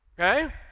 Okay